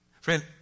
Friend